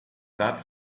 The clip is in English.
that